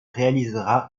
réalisera